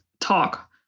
talk